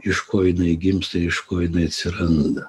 iš ko jinai gimsta iš ko jinai atsiranda